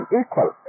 equal